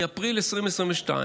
מאפריל 2022,